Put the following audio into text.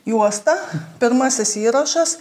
juosta pirmasis įrašas